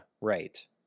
right